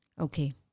Okay